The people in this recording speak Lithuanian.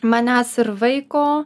manęs ir vaiko